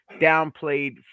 downplayed